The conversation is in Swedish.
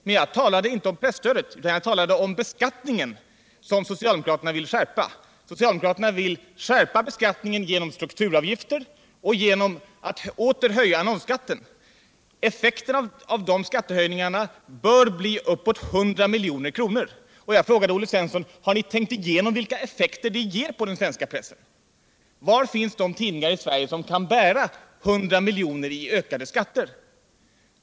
Men jag talade inte om presstödet utan om beskattningen som socialdemokraterna vill skärpa genom strukturavgifter och genom att återigen höja annonsskatten. Storleken av dessa skattehöjningar torde bli omkring 100 miljoner och jag frågade Olle Svensson: Har ni tänkt igenom vilka effekter detta ger på den svenska pressen? Var finns de tidningar i Sverige som kan bära sammanlagt 100 miljoner i ökade skatter?